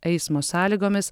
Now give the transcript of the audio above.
eismo sąlygomis